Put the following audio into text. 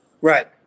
Right